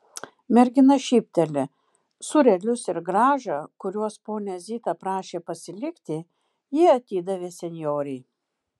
mergina šypteli sūrelius ir grąžą kuriuos ponia zita prašė pasilikti ji atidavė senjorei